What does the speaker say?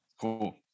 cool